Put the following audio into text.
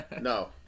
No